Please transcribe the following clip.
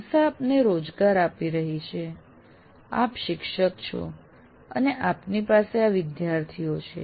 સંસ્થા આપને રોજગાર આપી રહી છે આપ શિક્ષક છો અને આપની પાસે આ વિદ્યાર્થીઓ છે